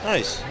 Nice